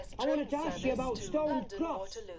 i wanted to ask you about stone cross.